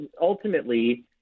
ultimately